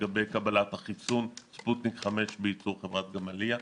לגבי קבלת החיסון ספוטניק 5 בייצור חברת גמליה.